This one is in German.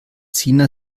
sina